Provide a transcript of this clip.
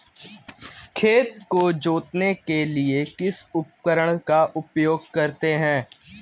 खेत को जोतने के लिए किस उपकरण का उपयोग करते हैं?